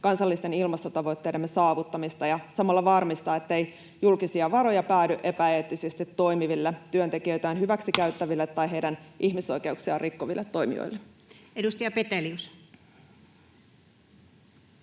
kansallisten ilmastotavoitteidemme saavuttamista ja samalla varmistaa, ettei julkisia varoja päädy epäeettisesti toimiville, työntekijöitään hyväksikäyttäville tai heidän ihmisoikeuksiaan rikkoville toimijoille. Edustaja Petelius.